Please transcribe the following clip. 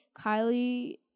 kylie